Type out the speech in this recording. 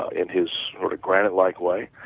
ah in his sort of granite-like way,